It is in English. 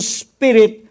spirit